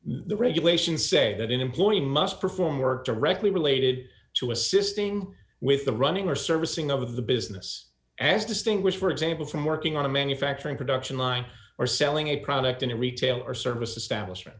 the regulations say that an employee must perform work directly related to assisting with the running or servicing of the business asked distinguish for example from working on a manufacturing production line or selling a product in a retail or services sta